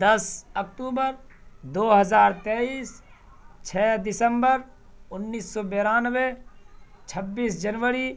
دس اکتوبر دو ہزار تیئس چھ دسمبر انیس سو بانوے چھبیس جنوری